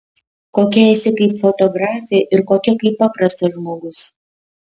kokia esi kaip fotografė ir kokia kaip paprastas žmogus